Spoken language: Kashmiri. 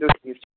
چلو ٹھیٖک چھُ